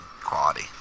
quality